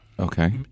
Okay